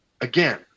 again